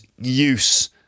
use